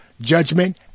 judgment